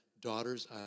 daughters